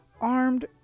armed